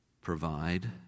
provide